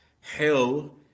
Hell